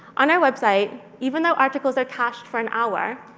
on our website, even though articles are cached for an hour,